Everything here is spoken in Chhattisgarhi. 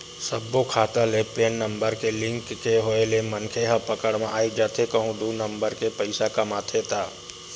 सब्बो खाता ले पेन नंबर के लिंक के होय ले मनखे ह पकड़ म आई जाथे कहूं दू नंबर के पइसा कमाथे ता